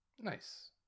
nice